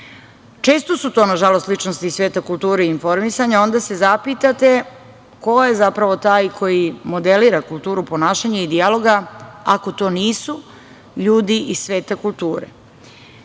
često su to nažalost ličnosti iz sveta kulture i informisanja, onda se zapitate - ko je zapravo taj koji modelira kulturu ponašanja i dijaloga ako to nisu ljudi iz sveta kulture?